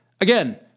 Again